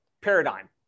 paradigm